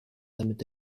damit